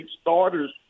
starters